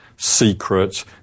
secret